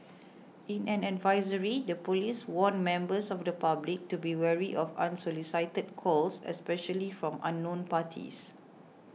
in an advisory the police warned members of the public to be wary of unsolicited calls especially from unknown parties